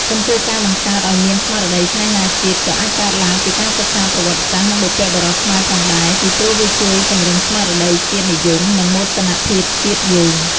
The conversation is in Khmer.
ចំពោះការបង្កើតឲ្យមានស្មារតីស្នេហាជាតិ ក៏អាចកើតឡើងពីការសិក្សាប្រវត្តិសាស្រ្ត និងបុព្វបុរសខ្មែរផងដែរ ពីព្រោះវាជួយពង្រឹងស្មារតីជាតិនិយម និងមោទនភាពជាតិយើង។